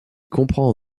comprend